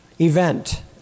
event